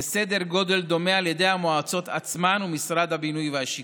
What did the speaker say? בסדר גודל דומה על ידי המועצות עצמן ומשרד הבינוי והשיכון.